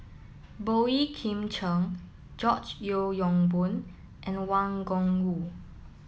Boey Kim Cheng George Yeo Yong Boon and Wang Gungwu